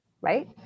right